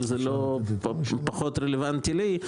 אבל זה פחות רלוונטי לי,